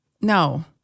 no